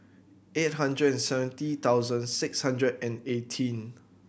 eight hundred and seventy thousand six hundred and eighteen